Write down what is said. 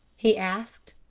he asked.